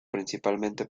principalmente